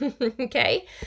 Okay